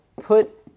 put